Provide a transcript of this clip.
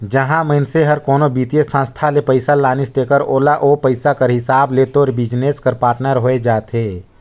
जहां मइनसे हर कोनो बित्तीय संस्था ले पइसा लानिस तेकर ओला ओ पइसा कर हिसाब ले तोर बिजनेस कर पाटनर होए जाथे